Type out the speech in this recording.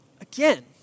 again